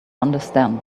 understand